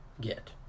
get